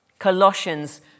Colossians